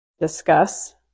discuss